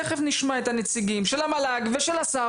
תכף נשמע את הנציגים של המל"ג ושל השר